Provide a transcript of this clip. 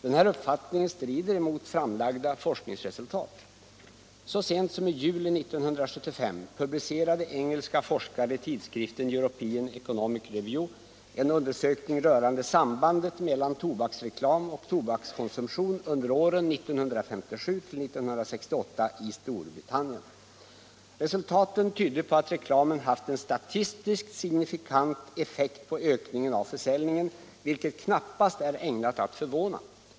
Detta strider dock mot framlagda forskningsresultat. Så sent som i juli 1975 publicerade engelska forskare i tidskriften European Economic Review en undersökning rörande sambandet mellan tobaksreklam och tobakskonsumtion under åren 1957-1968 i Storbritannien. Resultaten tydde på att reklamen haft en statistiskt signifikant effekt på ökningen av försäljningen, vilket knappast är ägnat att förvåna.